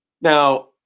Now